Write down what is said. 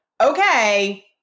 okay